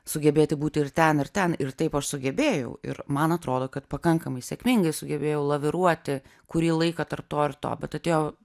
sugebėti būti ir ten ir ten ir taip aš sugebėjau ir man atrodo kad pakankamai sėkmingai sugebėjau laviruoti kurį laiką tarp to ir to bet atėjo